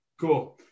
Cool